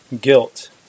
guilt